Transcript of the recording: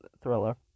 thriller